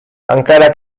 encara